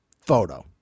photo